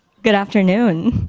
good afternoon.